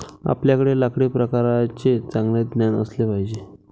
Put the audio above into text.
आपल्याकडे लाकडी प्रकारांचे चांगले ज्ञान असले पाहिजे